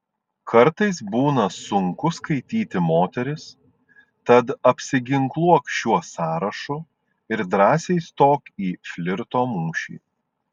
kartais būna sunku skaityti moteris tad apsiginkluok šiuo sąrašu ir drąsiai stok į flirto mūšį